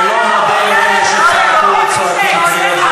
אני לא מודה לאלה שצעקו וצועקים.